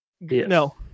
no